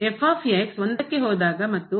1 ಕ್ಕೆ ಹೋದಾಗ ಮತ್ತು ಹೋಗುತ್ತದೆ